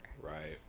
Right